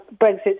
Brexit